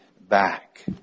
back